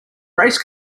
race